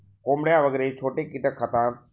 कोंबड्या वगैरे छोटे कीटक खातात